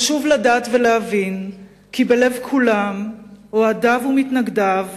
חשוב לדעת ולהבין כי בלב כולם, אוהדיו ומתנגדיו,